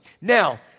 Now